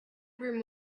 brim